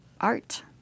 art